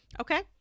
okay